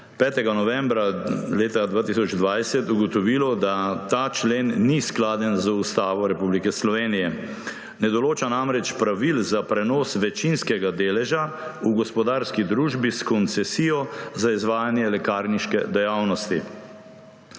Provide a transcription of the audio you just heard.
5. novembra leta 2020 ugotovilo, da ta člen ni skladen z Ustavo Republike Slovenije. Ne določa namreč pravil za prenos večinskega deleža v gospodarski družbi s koncesijo za izvajanje lekarniške dejavnosti.